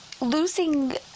losing